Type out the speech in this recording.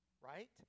right